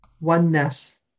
oneness